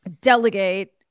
delegate